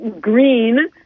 green